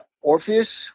Orpheus